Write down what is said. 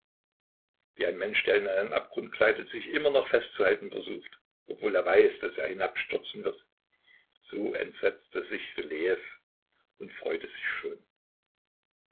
wie ein mensch der in einen abgrund gleitet sich immer noch festzuhalten versucht obwohl er weiß daß er hinabstürzen wird so entsetzte sich rylejew und freute sich schon